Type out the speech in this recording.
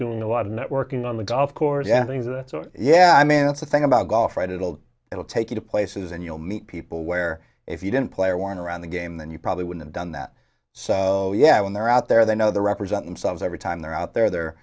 doing a lot of networking on the golf course and yeah i mean that's the thing about golf right it'll it'll take you to places and you'll meet people where if you didn't play or weren't around the game then you probably would have done that so yeah when they're out there they know they represent themselves every time they're out there they're